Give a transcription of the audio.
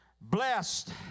Blessed